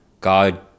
God